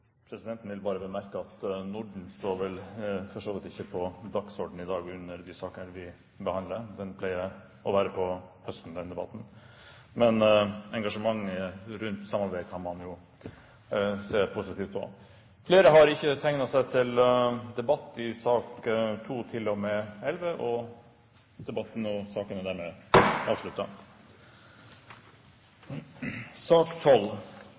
Presidenten vil bare bemerke at Norden for så vidt ikke står på dagsordenen i dag under de sakene vi behandler. Den debatten pleier å være på høsten, men engasjementet rundt samarbeid kan man jo se positivt på. Flere har ikke bedt om ordet til sakene nr. 2–11. Ingen har bedt om ordet. Etter ønske fra energi- og